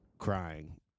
Crying